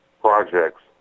projects